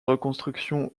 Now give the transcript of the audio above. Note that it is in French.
reconstruction